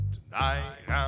Tonight